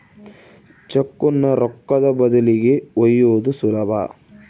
ಚೆಕ್ಕುನ್ನ ರೊಕ್ಕದ ಬದಲಿಗಿ ಒಯ್ಯೋದು ಸುಲಭ